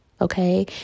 Okay